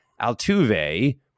Altuve